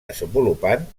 desenvolupant